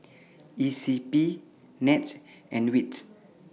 E C P Nets and WITS